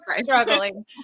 Struggling